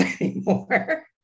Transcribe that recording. anymore